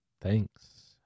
Thanks